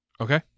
Okay